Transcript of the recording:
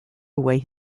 away